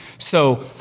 so,